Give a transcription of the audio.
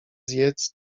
zjedz